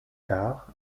tard